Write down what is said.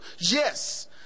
Yes